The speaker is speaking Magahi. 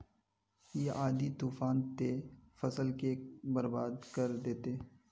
इ आँधी तूफान ते फसल के बर्बाद कर देते?